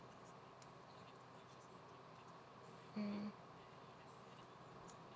mm